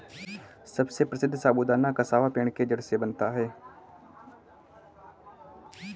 सबसे प्रसिद्ध साबूदाना कसावा पेड़ के जड़ से बनता है